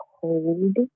cold